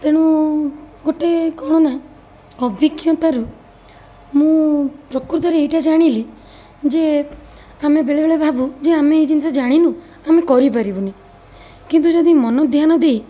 ତେଣୁ ଗୋଟେ କ'ଣ ନା ଅଭିଜ୍ଞତାରୁ ମୁଁ ପ୍ରକୃତରେ ଏଇଟା ଜାଣିଲି ଯେ ଆମେ ବେଳେବେଳେ ଭାବୁ ଯେ ଆମେ ଏଇ ଜିନିଷ ଜାଣିନୁ ଆମେ କରିପାରିବୁନି କିନ୍ତୁ ଯଦି ମନ ଧ୍ୟାନ ଦେଇ